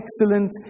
excellent